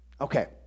Okay